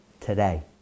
today